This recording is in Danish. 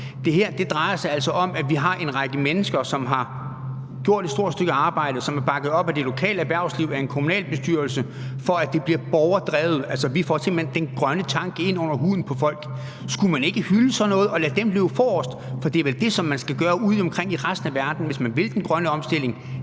Det her drejer sig altså om, at vi har en række mennesker, som har gjort et stort stykke arbejde, som er bakket op af det lokale erhvervsliv, af en kommunalbestyrelse for at gøre det borgerdrevet. Vi får simpelt hen den grønne tanke ind under huden på folk. Skulle man ikke hylde sådan noget og lade dem løbe forrest? For det er vel det, som man skal gøre ude omkring i resten af verden, hvis man vil den grønne omstilling,